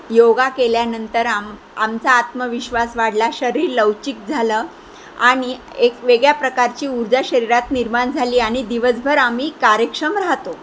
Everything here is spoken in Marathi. योगा केल्यानंतर आम आमचा आत्मविश्वास वाढला शरीर लवचिक झालं आणि एक वेगळ्या प्रकारची ऊर्जा शरीरात निर्माण झाली आणि दिवसभर आम्ही कार्यक्षम राहतो